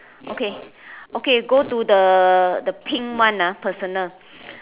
okay okay go to the the pink one ah personal